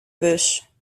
bus